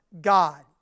God